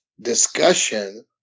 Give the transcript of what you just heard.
discussion